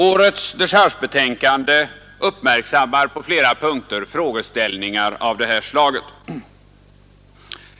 Årets dechargebetänkande uppmärksammar på flera punkter frågeställningar av det här slaget.